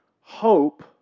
hope